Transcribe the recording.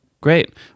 Great